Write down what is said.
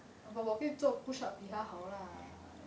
but 我可以做 push up 比他好啦